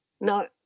No